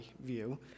view